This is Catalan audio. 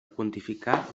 quantificar